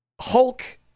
hulk